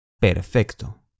Perfecto